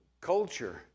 culture